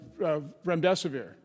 remdesivir